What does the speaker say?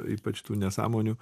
ypač tų nesąmonių